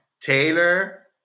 Taylor